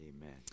Amen